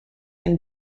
and